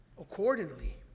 accordingly